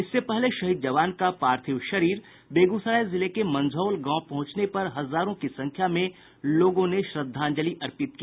इससे पहले शहीद जवान का पार्थिव शरीर बेगूसराय जिले के मंझौल गांव पहुंचने पर हजारों की संख्या में लोगों ने श्रद्धांजलि अर्पित की